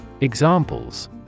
Examples